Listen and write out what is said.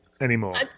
anymore